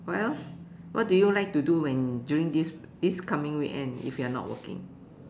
what else what do you like to do when during this this coming weekend if you're not working